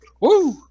Woo